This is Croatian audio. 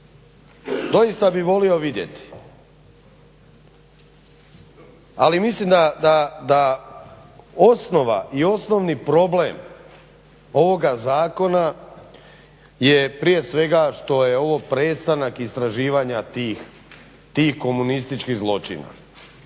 Doista bih volio vidjeti. Ali mislim da osnova i osnovni problem ovoga zakona je prije svega što je ovo prestanak istraživanja tih komunističkih zločina.